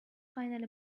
finally